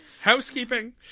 Housekeeping